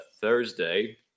Thursday